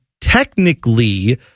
technically